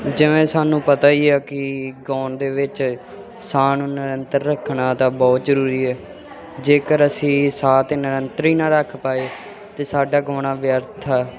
ਜਿਵੇਂ ਸਾਨੂੰ ਪਤਾ ਹੀ ਹੈ ਕਿ ਗਾਉਣ ਦੇ ਵਿੱਚ ਸਾਹ ਨੂੰ ਨਿਯੰਤਰਣ ਰੱਖਣਾ ਤਾਂ ਬਹੁਤ ਜ਼ਰੂਰੀ ਹੈ ਜੇਕਰ ਅਸੀਂ ਸਾਹ 'ਤੇ ਨਿਯੰਤਰਣ ਹੀ ਨਾ ਰੱਖ ਪਾਏ ਤਾਂ ਸਾਡਾ ਗਾਉਣਾ ਵਿਅਰਥ ਆ